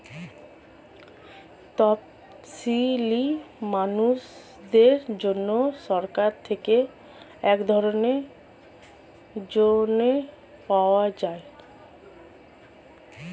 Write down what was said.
তপসীলি মানুষদের জন্য সরকার থেকে এক ধরনের যোজনা পাওয়া যায়